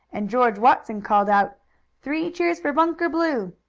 and george watson called out three cheers for bunker blue!